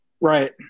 Right